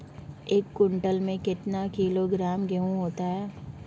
एक क्विंटल में कितना किलोग्राम गेहूँ होता है?